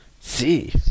See